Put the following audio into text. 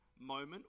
moment